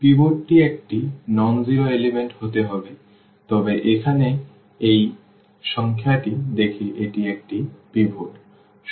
পিভটটি একটি অ শূন্য উপাদান হতে হবে তবে এখানে এই সংখ্যাটি দেখে এটি একটি পিভট